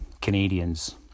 Canadians